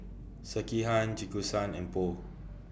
Sekihan and Pho